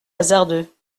hasardeux